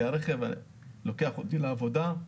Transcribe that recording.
כי הרכב לוקח אותי לעבודה,